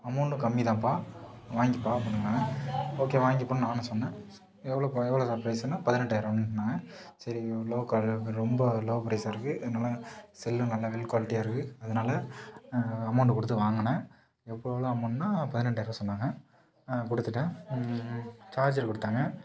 அமௌண்ட்டும் கம்மிதான்ப்பா வாங்கி பார்க்கணுங்க ஓகே வாங்கிப்பேன்னு நானும் சொன்னேன் எவ்ளோவுக்கு எவ்வளோ சார் ப்ரைஸ்ன்னே பதினெட்டாயிரம்னாங்க சரி லோ ரொம்ப லோ ப்ரைஸாக இருக்கு அதனால் செல்லும் நல்ல வெல் குவாலிட்டியாக இருக்குது அதனால் அமௌண்ட்டை கொடுத்து வாங்கின எவ்வளோ அமௌண்ட்டுன்னா பதினெட்டாயிரம் சொன்னாங்க குடுத்துட்டேன் சார்ஜர் கொடுத்தாங்க